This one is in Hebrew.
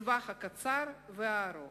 בטווח הקצר ובטווח הארוך.